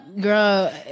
Girl